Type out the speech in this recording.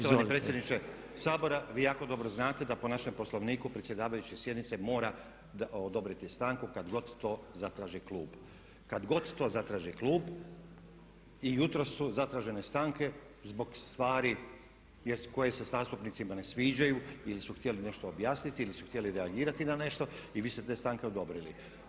Poštovani predsjedniče Sabora vi jako dobro znate da po našem Poslovniku predsjedavajuće sjednice mora odobriti stanku kad god to zatraži klub, kad god to zatraži klub i jutros su zatražene stanke zbog stvari koje se zastupnicima ne sviđaju ili su htjeli nešto objasniti ili su htjeli reagirati na nešto i vi ste te stanke odobrili.